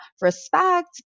respect